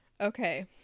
okay